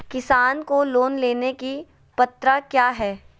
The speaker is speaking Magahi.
किसान को लोन लेने की पत्रा क्या है?